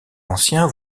anciens